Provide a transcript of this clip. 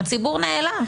הציבור נעלם,